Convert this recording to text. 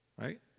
right